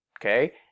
okay